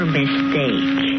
mistake